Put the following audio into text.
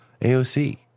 AOC